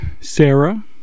Sarah